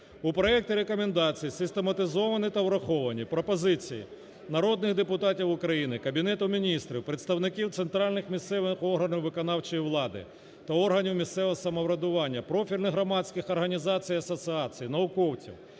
У проекті рекомендацій систематизовані та враховані пропозиції народних депутатів України, Кабінету Міністрів, представників центральних, місцевих органів виконавчої влади та органів місцевого самоврядування, профільних громадських організацій і асоціацій, науковців,